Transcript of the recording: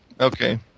Okay